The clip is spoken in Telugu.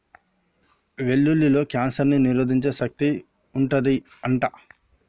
వెల్లుల్లిలో కాన్సర్ ని నిరోధించే శక్తి వుంటది అంట